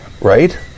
right